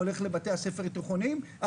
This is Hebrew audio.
הולך לבתי ספר היסודיים,